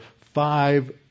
five